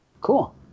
cool